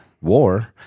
war